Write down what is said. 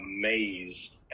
amazed